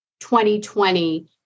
2020